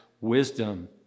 wisdom